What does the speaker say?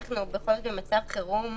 בכל זאת זה מצב חירום.